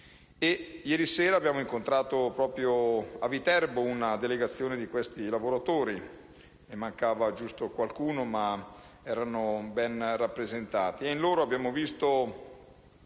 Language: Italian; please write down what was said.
Ieri sera abbiamo incontrato, proprio a Viterbo, una delegazione di questi lavoratori; ne mancava giusto qualcuno, ma erano ben rappresentati.